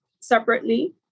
separately